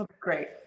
great